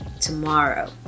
tomorrow